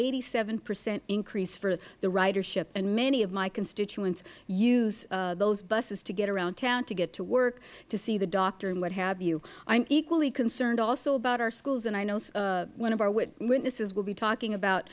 eighty seven percent increase for the ridership and many of constituents use those buses to get around town to get to work to see the doctor and what have you i am equally concerned also about our schools and i know one of our witnesses will be talking about